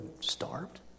starved